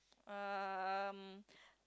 um